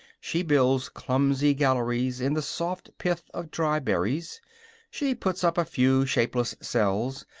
she builds clumsy galleries in the soft pith of dry berries she puts up a few shapeless cells,